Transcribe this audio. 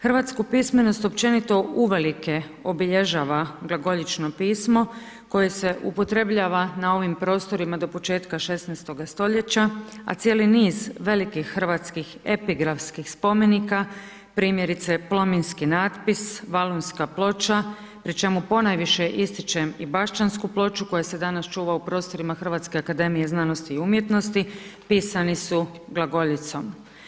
Hrvatsku pismenost općenito uvelike obilježava glagoljično pismo koje se upotrebljava na ovim prostorima do početka 16. stoljeća, a cijeli niz velikih hrvatskih epigrafskih spomenika primjerice Plominski natpis, Valunska ploča, pri čemu ponajviše ističem i Baščansku ploču koja se danas čuva u prostorima Hrvatske akademije znanosti i umjetnosti pisani su glagoljicom.